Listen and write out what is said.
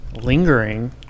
Lingering